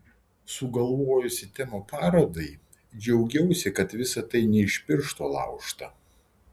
sugalvojusi temą parodai džiaugiausi kad visa tai ne iš piršto laužta